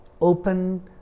open